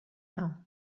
now